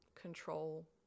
control